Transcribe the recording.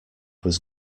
was